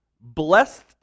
blessed